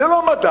זה לא מדע.